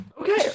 Okay